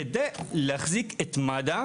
כדי להחזיק את מד"א,